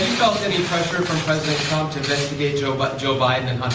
felt any pressure from president trump to investigate joe but joe biden